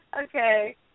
Okay